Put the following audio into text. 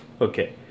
Okay